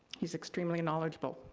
he's extremely knowledgeable.